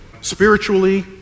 spiritually